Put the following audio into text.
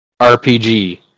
rpg